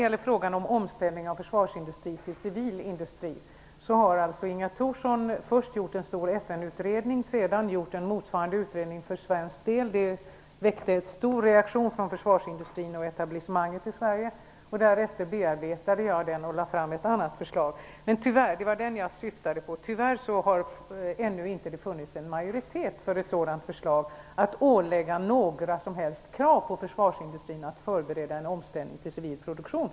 I frågan om en omställning av försvarsindustrin till civil industri kan jag säga att Inga Thorsson först har gjort en stor FN-utredning och sedan en motsvarande utredning för svensk del. Det blev stor reaktion hos försvarsindustrin och etablissemanget i Sverige. Därefter bearbetade jag utredningen och lade fram ett annat förslag - det var vad jag syftade på. Tyvärr har det ännu inte funnits en majoritet för ett förslag om att ålägga försvarsindustrin några som helst krav när det gäller att förbereda en omställning till civil produktion.